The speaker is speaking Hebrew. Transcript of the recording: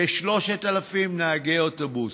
כ-3,000 נהגי אוטובוס.